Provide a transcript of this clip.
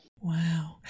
Wow